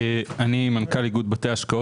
אני מנכ"ל איגוד בתי השקעות.